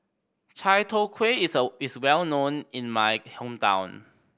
Chai Tow Kuay is is well known in my hometown